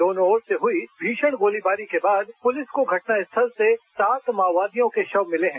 दोनों ओर से हुई भीषण गोलीबारी के बाद पुलिस को घटनास्थल से सात माओवादियों के शव मिले हैं